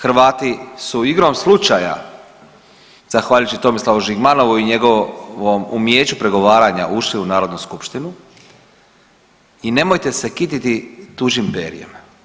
Hrvati su igrom slučaja, zahvaljujući Tomislavu Žigmanovu i njegovom umijeću pregovaranja ušli u Narodnu skupštinu i nemojte se kititi tuđim perjem.